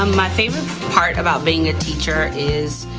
um my favorite part about being a teacher is,